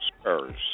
Spurs